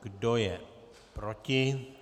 Kdo je proti?